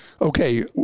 Okay